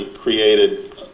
created